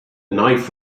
knife